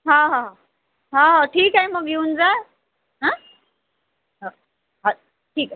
हां हां हो ठीक आहे मग येऊन जा आं हो हो ठीक आहे